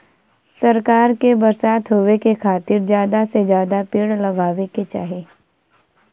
सरकार के बरसात होए के खातिर जादा से जादा पेड़ लगावे के चाही